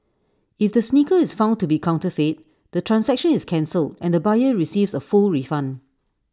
if the sneaker is found to be counterfeit the transaction is cancelled and the buyer receives A full refund